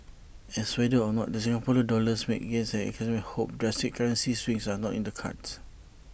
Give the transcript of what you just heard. ans whether or not the Singapore dollars makes gains as economists hope drastic currency swings are not in the cards